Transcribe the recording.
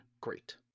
great